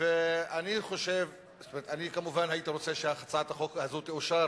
אני כמובן הייתי רוצה שהצעת החוק הזאת תאושר,